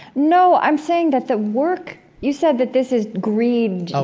no, i'm saying that the work you said that this is greed,